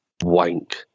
wank